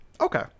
okay